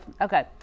okay